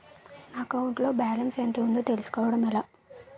నా అకౌంట్ లో బాలన్స్ ఎంత ఉందో తెలుసుకోవటం ఎలా?